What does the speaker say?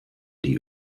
die